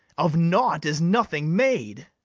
of naught is nothing made.